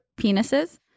penises